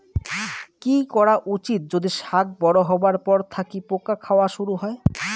কি করা উচিৎ যদি শাক বড়ো হবার পর থাকি পোকা খাওয়া শুরু হয়?